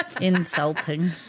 Insulting